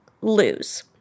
lose